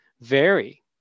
vary